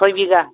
सय बिगा